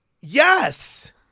yes